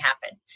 happen